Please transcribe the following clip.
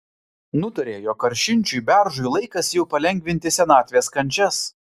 nutarė jog karšinčiui beržui laikas jau palengvinti senatvės kančias